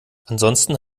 ansonsten